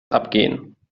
abgehen